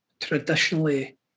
traditionally